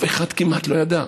כמעט אף אחד לא ידע,